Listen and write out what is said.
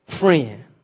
friend